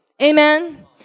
Amen